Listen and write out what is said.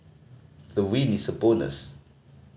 the win is a bonus